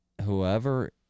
whoever